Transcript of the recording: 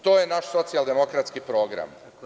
To je naš socijal-demokratski program.